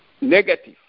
negative